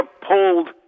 pulled